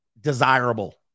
desirable